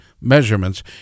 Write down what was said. measurements